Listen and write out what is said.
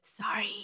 sorry